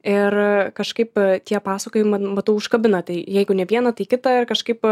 ir kažkaip tie pasakojima matau užkabina tai jeigu ne vieną tai kitą ir kažkaip